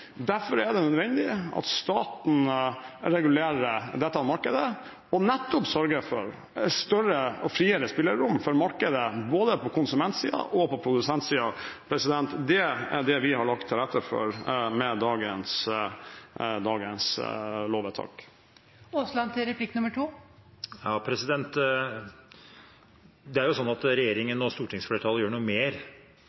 Derfor er det nødvendig at staten regulerer dette markedet og nettopp sørger for større og friere spillerom for markedet, både på konsumentsiden og på produsentsiden. Det er det vi har lagt til rette for med dagens lovvedtak. Det er jo slik at regjeringen